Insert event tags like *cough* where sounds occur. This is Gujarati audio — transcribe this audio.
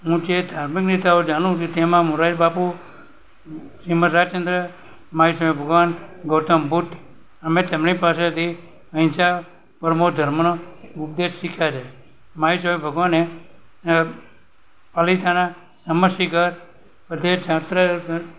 હું જે ધર્મનેતાઓ જાણું છું તેમાં મોરારિબાપુ શ્રીમદ્ રાજચંદ્ર *unintelligible* ભગવાન ગૌતમ બુદ્ધ અમે તેમની પાસેથી અહિંસા પરમો ધર્મ ઉપદેશ શીખ્યા છે *unintelligible* ભગવાને પાલિતાણા સમશ્રીગર બધે છાત્રા